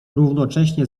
równocześnie